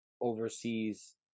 oversees